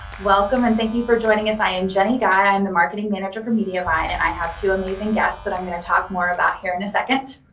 welcome and thank you for joining us. i am jenny guy. i am the marketing manager for mediavine. and i have two amazing guests that i'm going to talk more about here in a second.